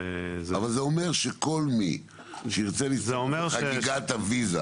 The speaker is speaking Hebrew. אבל זה אומר שכל מי שירצה להצטרף לחגיגת הוויזה